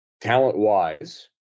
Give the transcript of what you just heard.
talent-wise